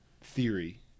theory